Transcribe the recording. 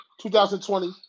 2020